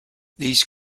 these